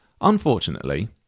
Unfortunately